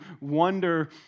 wonder